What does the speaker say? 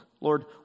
Lord